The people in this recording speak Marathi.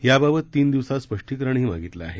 याबाबत तीन दिवसात स्पष्टीकरणही मागितलं आहे